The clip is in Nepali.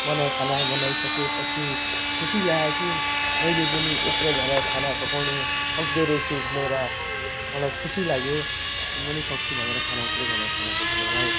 बनाएँ खाना बनाइसकेपछि खुसी लाग्यो कि मैले पनि यत्रोजनाको खाना पकाउनु सक्दोरहेछु भनेर मलाई खुसी लाग्यो म पनि सक्छु भनेर खाना यत्रोजना खाना पकाउनुलाई